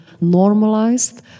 normalized